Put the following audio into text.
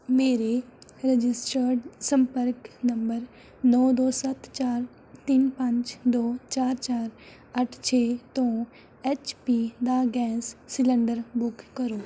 ਮੇਰੇ ਰਜਿਸਟਰਡ ਸੰਪਰਕ ਨੰਬਰ ਨੌ ਦੋ ਸੱਤ ਚਾਰ ਤਿੰਨ ਪੰਜ ਦੋ ਚਾਰ ਚਾਰ ਅੱਠ ਛੇ ਤੋਂ ਐਚ ਪੀ ਦਾ ਗੈਸ ਸਿਲੰਡਰ ਬੁੱਕ ਕਰੋ